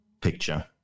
picture